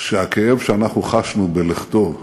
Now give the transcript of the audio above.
שהכאב שאנחנו חשנו בלכתו,